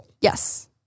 Yes